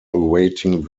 awaiting